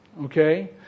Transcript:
Okay